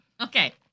Okay